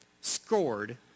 scored